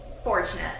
fortunate